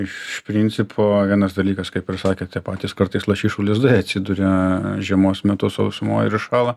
iš principo vienas dalykas kaip ir sakėte patys kartais lašišų lizdai atsiduria žiemos metu sausumoj ir iššąla